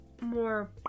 more